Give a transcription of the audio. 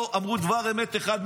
לא אמרו דבר אמת אחד,